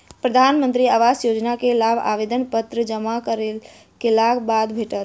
प्रधानमंत्री आवास योजना के लाभ आवेदन पत्र जमा केलक बाद भेटत